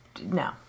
No